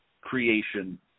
creation